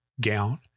gown